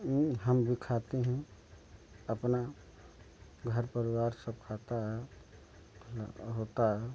वो हम भी खाते हैं अपना घर परिवार सब खाता है हो होता है